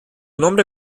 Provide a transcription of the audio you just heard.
nombre